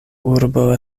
urbo